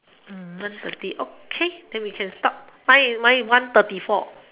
err one thirty okay then we can stop mine is mine is one one thirty four